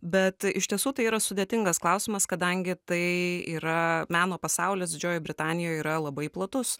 bet iš tiesų tai yra sudėtingas klausimas kadangi tai yra meno pasaulis didžioji britanija yra labai platus